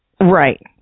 Right